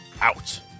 out